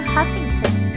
Huffington